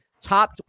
top